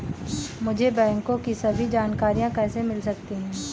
मुझे बैंकों की सभी जानकारियाँ कैसे मिल सकती हैं?